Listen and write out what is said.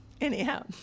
anyhow